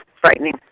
frightening